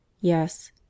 Yes